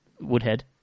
Woodhead